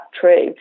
true